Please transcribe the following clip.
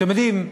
אתם יודעים,